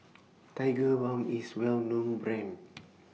Tigerbalm IS A Well known Brand